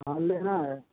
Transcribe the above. हाँ लेना है